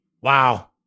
Wow